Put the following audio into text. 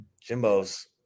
Jimbo's